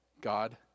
God